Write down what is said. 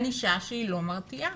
ענישה שהיא לא מתריעה.